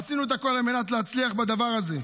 עשינו את הכול על מנת להצליח בדבר הזה.